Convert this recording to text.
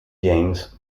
james